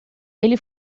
ele